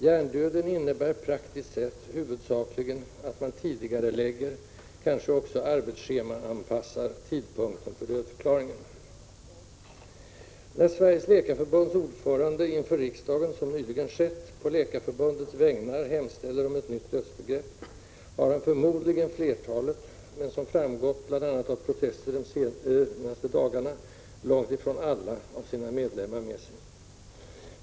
”Hjärndöden” innebär praktiskt sett huvudsakligen att man tidigarelägger — kanske också arbetsschemaanpassar — tidpunkten för dödförklaringen. När Sveriges Läkarförbunds ordförande inför riksdagen — som nyligen skett — på Läkarförbundets vägnar hemställer om ett nytt dödsbegrepp, har han förmodligen flertalet — men, som framgått bl.a. av protester de senaste dagarna, långt ifrån alla — av sina medlemmar med sig.